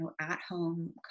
at-home